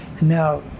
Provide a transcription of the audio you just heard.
Now